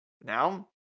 Now